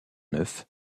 neuf